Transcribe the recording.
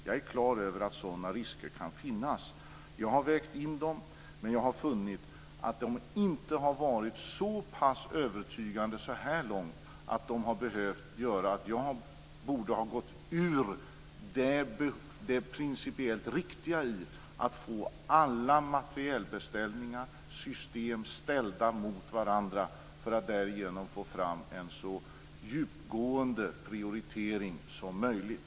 Jag är klar över att sådana risker kan finnas. Jag har vägt in dem, men jag har funnit att de inte har varit så pass övertygande så här långt att de har föranlett mig att gå ifrån det principiellt riktiga i att få alla materielbeställningar och system ställda mot varandra för att därigenom få fram en så djupgående prioritering som möjligt.